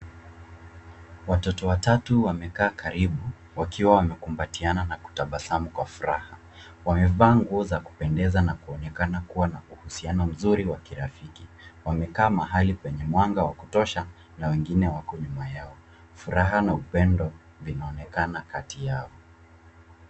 Watoto wamekaa karibu wakiwa wamekumbatiana na kutabasamu kwa furaha. Wamevaa nguo za kupendeza na kuonekana kuwa na uhusiano mzuri wa kirafiki. Wamekaa mahali penye mwanga wa kutosha na wengine wako nyuma yao. Furaha na upendo vinaonekana kati yao.